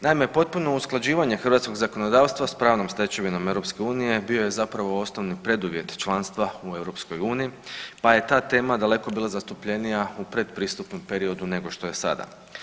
Naime, potpuno usklađivanje hrvatskog zakonodavstva sa pravnom stečevinom EU bio je zapravo osnovni preduvjet članstva u EU, pa je ta tema daleko bila zastupljenija u predpristupnom periodu nego što je sada.